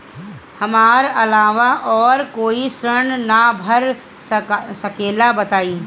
हमरा अलावा और कोई ऋण ना भर सकेला बताई?